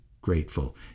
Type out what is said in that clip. grateful